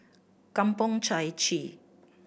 Kampong Chai Chee